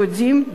דודים,